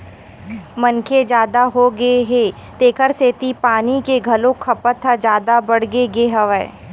मनखे जादा होगे हे तेखर सेती पानी के घलोक खपत ह जादा बाड़गे गे हवय